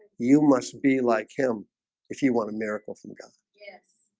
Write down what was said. you must be like him if you want a miracle from god yeah